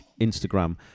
Instagram